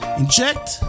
Inject